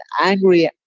angry